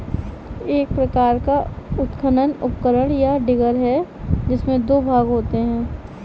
एक प्रकार का उत्खनन उपकरण, या डिगर है, जिसमें दो भाग होते है